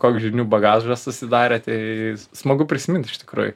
koks žinių bagažas susidarė tai smagu prisimint iš tikrųjų